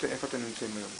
איפה אתם נמצאים היום?